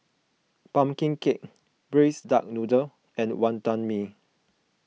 Pumpkin Cake Braised Duck Noodle and Wonton Mee